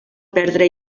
perdre